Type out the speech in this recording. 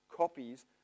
Copies